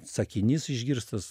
sakinys išgirstas